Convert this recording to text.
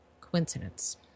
Coincidence